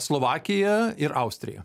slovakija ir austrija